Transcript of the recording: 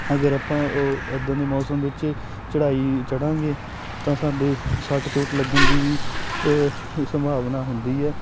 ਅਗਰ ਆਪਾਂ ਇੱਦਾਂ ਦੇ ਮੌਸਮ ਵਿੱਚ ਚੜ੍ਹਾਈ ਚੜ੍ਹਾਂਗੇ ਤਾਂ ਸਾਡੇ ਸੱਟ ਚੋਟ ਲੱਗਣ ਦੀ ਵੀ ਸੰਭਾਵਨਾ ਹੁੰਦੀ ਹੈ